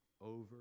over